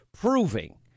proving